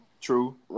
True